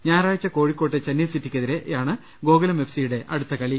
ഞായറാഴ്ച കോഴിക്കോട്ട് ചെന്നൈ സിറ്റിക്കെതിരെ യാണ് ഗോകുലം എഫ് സിയുടെ അടുത്ത കളി